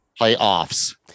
playoffs